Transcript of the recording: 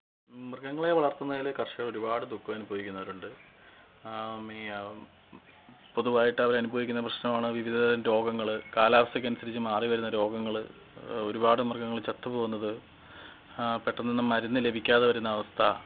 മൃഗങ്ങളെ വളര്ത്തുന്നത്തിൽ കർഷകരൊരുപാട് ദുഃഖം അനുഭവിക്കുന്നവരുണ്ട് മെയ പൊതുവായിട്ടവരനുഭവിക്കുന്ന പ്രശ്നമാണ് വിവിധരം രോഗങ്ങൾ കാലാവസ്ഥയ്ക്കനുസരിച്ച് മാറിവരുന്ന രോഗങ്ങൾ ഒരുപാട് മൃഗങ്ങൾ ചത്ത്പോകുന്നത് പെട്ടന്നൊന്നും മരുന്ന് ലഭിക്കാതെ വരുന്ന അവസ്ഥ